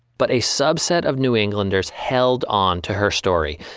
but a subset of new englanders held on to her story,